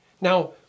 Now